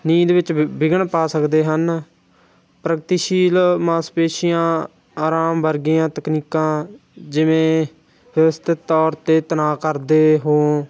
ਨੀਂਦ ਵਿੱਚ ਵਿਗ ਵਿਘਨ ਪਾ ਸਕਦੇ ਹਨ ਪ੍ਰਗਤੀਸ਼ੀਲ ਮਾਸਪੇਸ਼ੀਆਂ ਆਰਾਮ ਵਰਗੀਆਂ ਤਕਨੀਕਾਂ ਜਿਵੇਂ ਵਿਵਸਥਿਤ ਤੌਰ 'ਤੇ ਤਣਾਅ ਕਰਦੇ ਹੋ